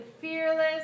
fearless